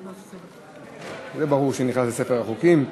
29, נגד, 3,